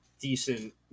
decent